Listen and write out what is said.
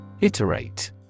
Iterate